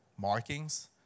markings